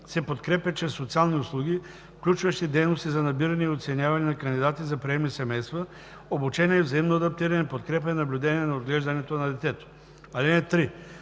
се подкрепят чрез социални услуги, включващи дейности за набиране и оценяване на кандидати за приемни семейства, обучение, взаимно адаптиране, подкрепа и наблюдение на отглеждането на детето. (3)